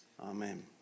Amen